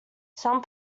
some